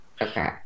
Okay